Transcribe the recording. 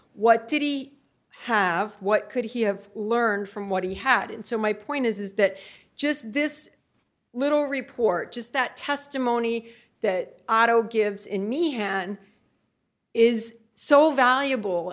he have what could he have learned from what he had and so my point is is that just this little report just that testimony that otto gives in me and is so valuable